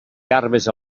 garbes